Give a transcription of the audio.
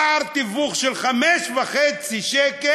פער תיווך של 5.5 שקל,